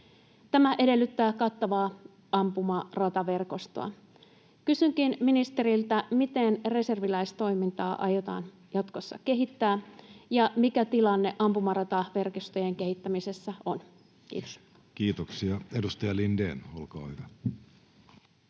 Tämä edellyttää kattavaa ampumarataverkostoa. Kysynkin ministeriltä: miten reserviläistoimintaa aiotaan jatkossa kehittää, ja mikä tilanne ampumarataverkostojen kehittämisessä on? — Kiitos. Kiitoksia. — Edustaja Lindén, olkaa hyvä.